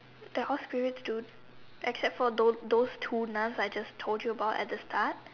the off spirits do except for those those two nuns I just told you about at the start